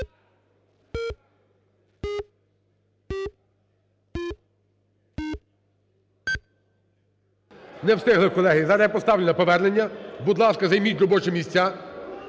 Не встигли, колеги. Зараз я поставлю на повернення. Будь ласка, займіть робочі місця.